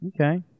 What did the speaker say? Okay